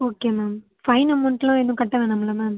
okay ma'am fine அமௌன்ட்லாம் இன்னும் கட்ட வேணாம்ல மேம்